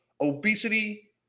Obesity